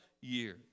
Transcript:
years